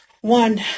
One